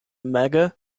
mega